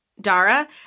Dara